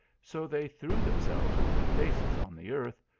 so they threw themselves on their faces on the earth,